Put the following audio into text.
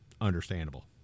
Understandable